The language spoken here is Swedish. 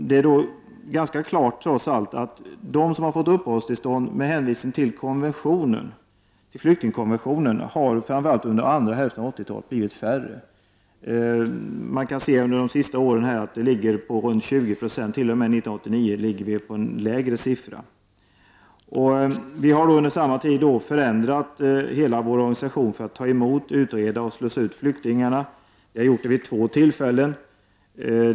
Det är trots allt ganska klart att de som fått uppehållstillstånd med hänvisning till flyktingkonventionen framför allt under andra hälften av 80-talet har blivit färre. Man kan konstatera att antalet under de sista åren av 80-talet låg runt 20 96, och under 1989 var antalet t.o.m. lägre. Vi har under samma tid förändrat hela vår organisation för att ta emot, utreda och slussa ut flyktingarna. Vi har gjort det vid två tillfällen.